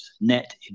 net